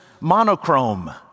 monochrome